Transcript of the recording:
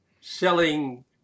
selling